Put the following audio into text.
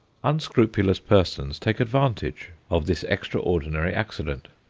unscrupulous persons take advantage of this extraordinary accident.